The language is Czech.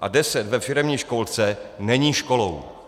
a 10 ve firemní školce, není školou.